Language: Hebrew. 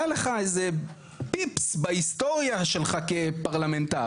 היה לך איזה "פיפס" בהיסטוריה שלך כפרלמנטר.